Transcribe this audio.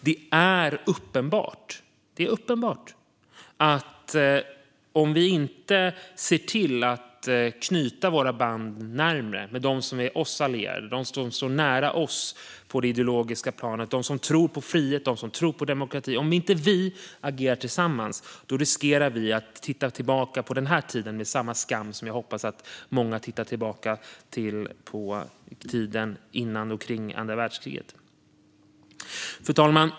Det är uppenbart att om vi inte stärker banden till de länder som står oss nära ideologiskt och som tror på frihet och demokrati och agerar tillsammans med dem riskerar vi att se tillbaka på den här tiden med samma skam som jag hoppas att många ser tillbaka på tiden före och under andra världskriget.